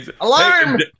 Alarm